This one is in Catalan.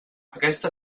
aquesta